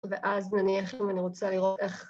‫ואז נניח אם אני רוצה לראות איך...